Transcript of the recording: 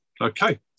Okay